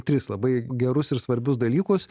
tris labai gerus ir svarbius dalykus